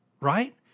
right